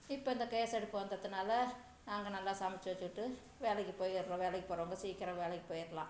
இப்போ இந்த கேஸ் அடுப்பு வந்ததுனால நாங்கள் நல்லா சமைச்சு வச்சுகிட்டு வேலைக்கு போயிறோம் வேலைக்கு போகறவங்க ரொம்ப சீக்கிரம் வேலைக்கு போயிரலாம்